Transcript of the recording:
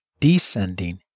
descending